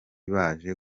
baje